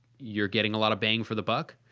you're getting a lot of bang for the buck?